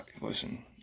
listen